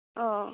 অ